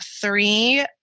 three